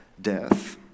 death